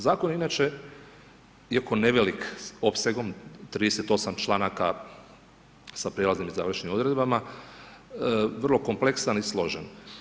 Zakon je inače iako nevelik opsegom, 38. članaka sa prijelaznim i završnim odredbama vrlo kompleksan i složen.